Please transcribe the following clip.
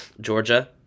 Georgia